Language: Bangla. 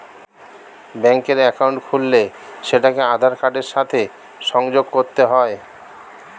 ব্যাঙ্কের অ্যাকাউন্ট খুললে সেটাকে আধার কার্ডের সাথে সংযোগ করতে হয়